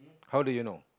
how do you know